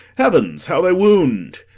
heavens, how they wound!